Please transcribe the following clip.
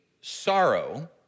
sorrow